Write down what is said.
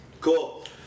Cool